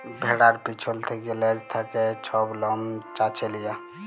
ভেড়ার পিছল থ্যাকে লেজ থ্যাকে ছব লম চাঁছে লিয়া